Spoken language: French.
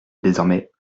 désormais